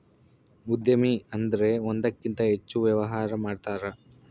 ಉದ್ಯಮಿ ಅಂದ್ರೆ ಒಂದಕ್ಕಿಂತ ಹೆಚ್ಚು ವ್ಯವಹಾರ ಮಾಡ್ತಾರ